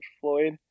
floyd